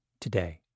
today